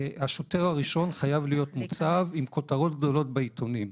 השוטר הראשון חייב להיות מוצב עם כותרות גדולות בעיתונים.